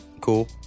cool